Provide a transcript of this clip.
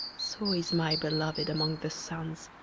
so is my beloved among the sons.